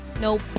Nope